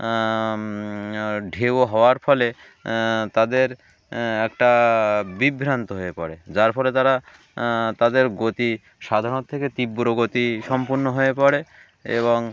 ঢেউ হওয়ার ফলে তাদের একটা বিভ্রান্ত হয়ে পড়ে যার ফলে তারা তাদের গতি সাধারণ থেকে তীব্র গতি সম্পূন্ণ হয়ে পড়ে এবং